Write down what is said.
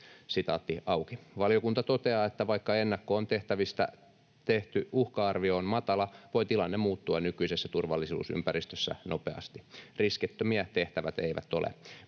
seuraavaa: "Valiokunta toteaa, että vaikka ennakkoon tehtävistä tehty uhka-arvio on matala, voi tilanne muuttua nykyisessä turvallisuusympäristössä nopeasti. Riskittömiä tehtävät eivät ole.